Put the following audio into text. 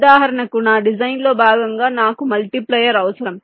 ఉదాహరణకు నా డిజైన్లో భాగంగా నాకు మల్టీప్లైర్ అవసరం